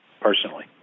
personally